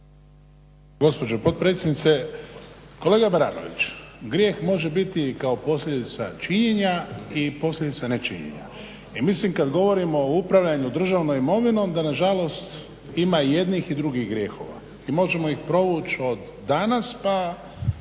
gospođo potpredsjednice. Kolega Baranović grijeh može biti i kao posljedica činjenja i posljedica nečinjenja. I mislim kad govorimo o upravljanju državnom imovinom da nažalost ima i jednih i drugih grijehova. I možemo ih provući od danas pa